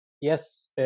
yes